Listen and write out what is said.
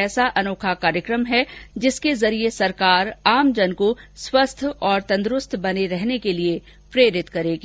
ऐसा अनोखा कार्यक्रम है जिसके जरिए सरकार आमजन को स्वस्थ और तंदुरुस्त बने रहने के लिए प्रेरित करेगी